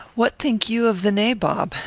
what think you of the nabob?